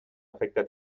efecte